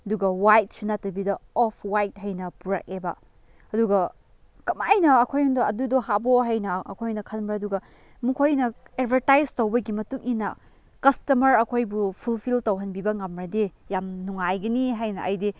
ꯑꯗꯨꯒ ꯋꯥꯏꯠꯁꯨ ꯅꯠꯇꯕꯤꯗ ꯑꯣꯐ ꯋꯥꯏꯠ ꯍꯥꯏꯅ ꯄꯨꯔꯛꯑꯦꯕ ꯑꯗꯨꯒ ꯀꯃꯥꯏꯅ ꯑꯩꯈꯣꯏꯅ ꯑꯗꯨꯗꯣ ꯍꯥꯞꯄꯣ ꯍꯥꯏꯅ ꯑꯩꯈꯣꯏꯅ ꯈꯟꯕ ꯑꯗꯨꯒ ꯃꯈꯣꯏꯅ ꯑꯦꯗꯚꯔꯇꯥꯏꯁ ꯇꯧꯕꯒꯤ ꯃꯇꯨꯡꯏꯟꯅ ꯀꯁꯇꯃꯔ ꯑꯩꯈꯣꯏꯕꯨ ꯐꯨꯜꯐꯤꯜ ꯇꯧꯍꯟꯕꯤꯕ ꯉꯝꯗ꯭ꯔꯗꯤ ꯌꯥꯝ ꯅꯨꯡꯉꯥꯏꯒꯅꯤ ꯍꯥꯏꯅ ꯑꯩꯗꯤ